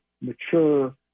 mature